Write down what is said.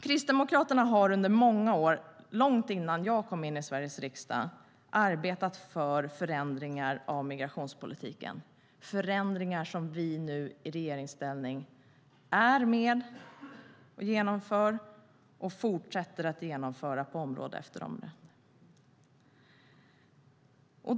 Kristdemokraterna har under många år, långt innan jag kom in i Sveriges riksdag, arbetat för förändringar av migrationspolitiken, förändringar som vi nu i regeringsställning är med och genomför och fortsätter att genomföra på område efter område.